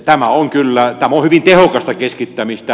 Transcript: tämä on hyvin tehokasta keskittämistä